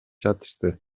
жатышты